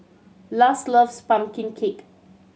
Luz loves pumpkin cake